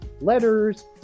letters